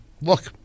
look